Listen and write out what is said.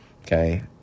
Okay